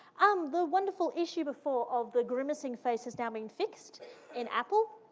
um the wonderful issue before of the grimacing face has now been fixed in apple,